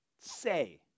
say